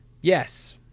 Yes